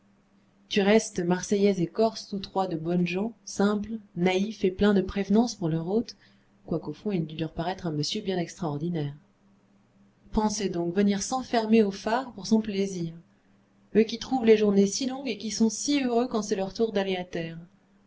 du reste marseillais et corses tous trois de bonnes gens simples naïfs et pleins de prévenances pour leur hôte quoique au fond il dût leur paraître un monsieur bien extraordinaire pensez donc venir s'enfermer au phare pour son plaisir eux qui trouvent les journées si longues et qui sont si heureux quand c'est leur tour d'aller à terre